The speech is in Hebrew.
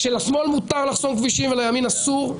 כשלשמאל מותר לחסום כבישים ולימין אסור,